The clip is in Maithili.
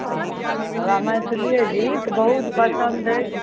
हँ हमरा मैथिलीए गीत बहुत पसन्द अछि